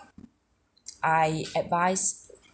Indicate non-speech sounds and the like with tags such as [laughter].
[noise] I advise